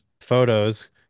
photos